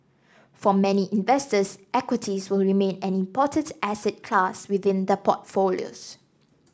for many investors equities will remain an important asset class within their portfolios